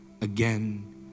again